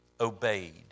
obeyed